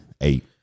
eight